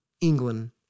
England